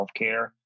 healthcare